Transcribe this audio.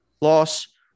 loss